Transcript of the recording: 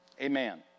Amen